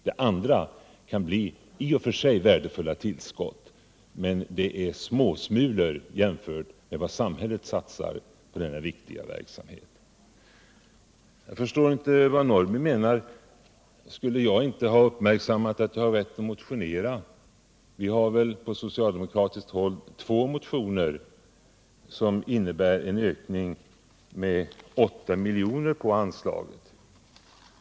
Det andra kan bli i och för sig värdefulla tillskott, men det är småsmulor jämfört med vad samhället satsar på denna viktiga verksamhet. Jag förstår inte vad Karl-Eric Norrby menar. Vi har från socialdemokratiskt håll väckt två motioner, vilka tillsammans innebär en ökning av anslaget med 8 miljoner.